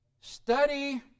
Study